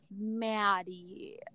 Maddie